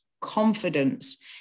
confidence